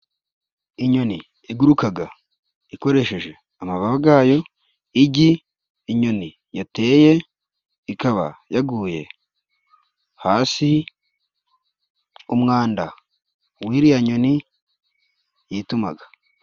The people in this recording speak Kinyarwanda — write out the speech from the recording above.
Inyoni igurukaga ikoresheje amababa gayo. Igi inyoni yateye ikaba yaguye hasi, umwanda wiriya nyoni yitumaga.